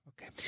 Okay